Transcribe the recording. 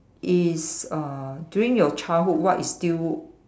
is uh during your childhood what is still